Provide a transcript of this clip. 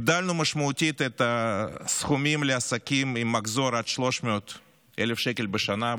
הגדלנו משמעותית את הסכומים לעסקים עם מחזור של עד 300,000 שקל בשנה.